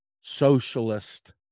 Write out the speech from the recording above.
socialist